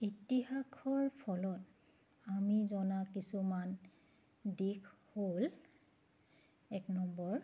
ইতিহাসৰ ফলত আমি জনা কিছুমান দিশ হ'ল এক নম্বৰ